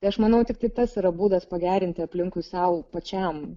tai aš manau tiktai tas yra būdas pagerinti aplinkui sau pačiam